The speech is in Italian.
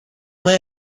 mai